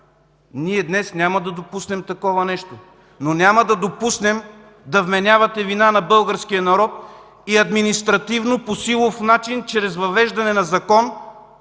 ние днес няма да допуснем такова нещо. Няма да допуснем да вменявате вина на българския народ и административно, по силов начин, чрез въвеждане на закон